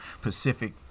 Pacific